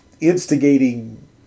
instigating